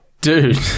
dude